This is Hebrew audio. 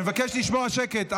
אני מבקש לשמור על שקט.